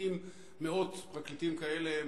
שמאות פרקליטים כאלה,